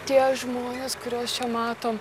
tie žmonės kuriuos čia matom